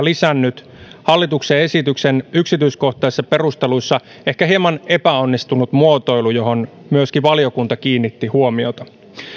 lisännyt hallituksen esityksen yksityiskohtaisissa perusteluissa oleva ehkä hieman epäonnistunut muotoilu johon myöskin valiokunta kiinnitti huomiota